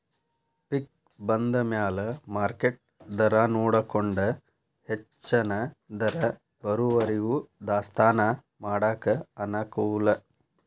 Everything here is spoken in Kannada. ಪಿಕ್ ಬಂದಮ್ಯಾಲ ಮಾರ್ಕೆಟ್ ದರಾನೊಡಕೊಂಡ ಹೆಚ್ಚನ ದರ ಬರುವರಿಗೂ ದಾಸ್ತಾನಾ ಮಾಡಾಕ ಅನಕೂಲ